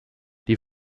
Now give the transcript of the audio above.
die